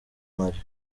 marley